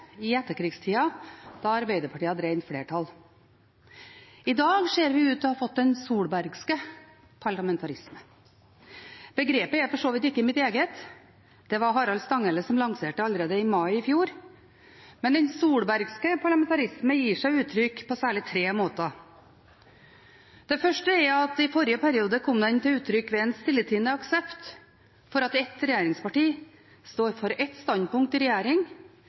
i etterkrigstida, da Arbeiderpartiet hadde rent flertall. I dag ser vi ut til å ha fått den solbergske parlamentarisme. Begrepet er for så vidt ikke mitt eget – det var Harald Stanghelle som lanserte det allerede i mai i fjor – og den solbergske parlamentarisme gir seg uttrykk på særlig tre måter. Det første er at den i forrige periode kom til uttrykk ved en stilltiende aksept for at et regjeringsparti står for ett standpunkt i regjering,